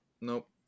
Nope